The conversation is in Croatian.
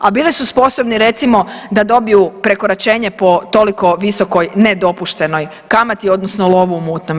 A bili su sposobni recimo da dobiju prekoračenje po toliko visokoj nedopuštenoj kamati odnosno lovu u mutnom.